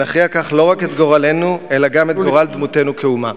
ונכריע כך לא רק את גורלנו אלא גם את גורל דמותנו כאומה.